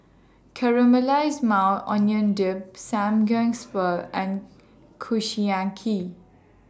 Caramelized Maui Onion Dip and Kushiyaki